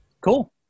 Cool